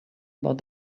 about